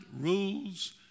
rules